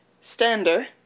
Stander